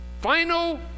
final